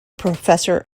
professor